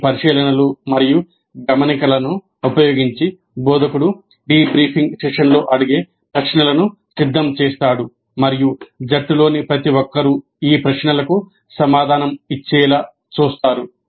ఈ పరిశీలనలు మరియు గమనికలను ఉపయోగించి బోధకులు డెబ్రీఫింగ్ సెషన్లో అడిగే ప్రశ్నలను సిద్ధం చేస్తారు మరియు జట్టులోని ప్రతి ఒక్కరూ ఈ ప్రశ్నలకు సమాధానం ఇచ్చేలా చూస్తారు